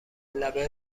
لبه